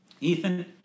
Ethan